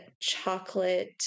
chocolate